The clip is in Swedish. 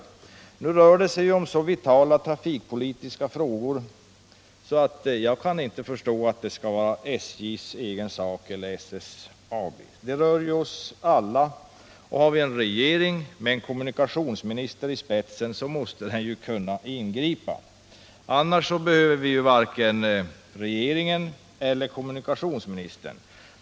Det rör sig i det här fallet om så vitala trafikpolitiska frågor att jag inte kan förstå att det kan vara SJ:s eller SSAB:s egen sak — den rör oss alla. Har vi en regering med en kommunikationsminister i spetsen måste den kunna ingripa. Annars behöver vi ju varken regering eller kommunikationsminister.